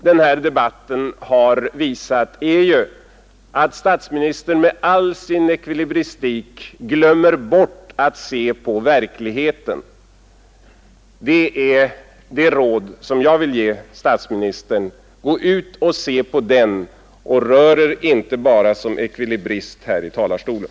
Den här debatten har visat att statsministern med all sin ekvilibristik glömmer bort att se på verkligheten. Det råd jag vill ge statsministern är att gå ut och se på den och rör Er inte bara som ekvilibrist här i talarstolen.